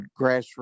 Grassroots